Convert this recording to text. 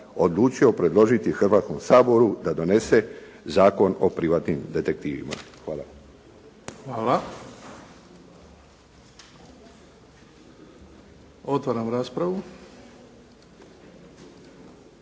odlučio predložiti Hrvatskom saboru da donese Zakon o privatnim detektivima. Hvala. **Bebić, Luka